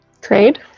Trade